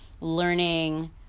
learning